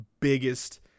biggest